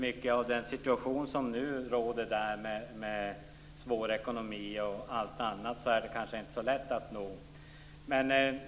Med den situation som nu råder där med svår ekonomi och allt annat är det kanske inte så lätt att nå.